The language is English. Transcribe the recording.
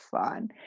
fun